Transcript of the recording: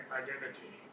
identity